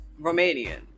Romanian